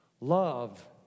Love